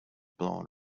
blown